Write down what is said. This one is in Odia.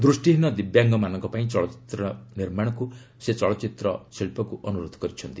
ଦୃଷ୍ଟିହୀନ ଦିବ୍ୟାଙ୍ଗମାନଙ୍କ ପାଇଁ ଚଳଚ୍ଚିତ୍ର ନିର୍ମାଣ କରିବାକୁ ସେ ଚଳଚ୍ଚିତ୍ର ଶିଳ୍ପକୁ ଅନୁରୋଧ କରିଛନ୍ତି